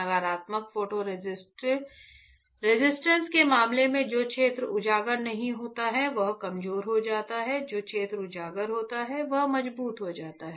नकारात्मक photoresist के मामले में जो क्षेत्र उजागर नहीं होता है वह कमजोर हो जाता है जो क्षेत्र उजागर होता है वह मजबूत हो जाता है